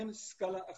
אין סקלה אחרת.